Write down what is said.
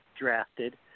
drafted